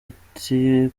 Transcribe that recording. ati